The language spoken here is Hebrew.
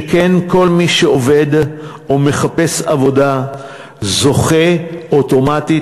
שכן כל מי שעובד או מחפש עבודה זוכה אוטומטית